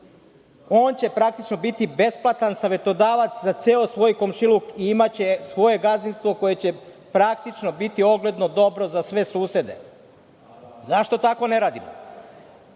on će praktično biti besplatan savetodavac za ceo svoj komšiluk i imaće svoje gazdinstvo koje će praktično biti ogledno, dobro za sve susede. Zašto tako ne radimo?